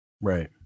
right